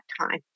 time